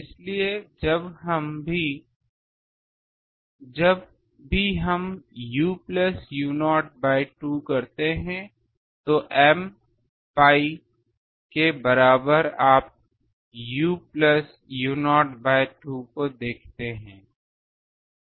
इसलिए जब भी हम u प्लस u0 बाय 2 करते हैं तो m pi के बराबर आप u plus u0 बाय 2 को देखते हैं